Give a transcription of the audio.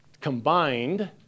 combined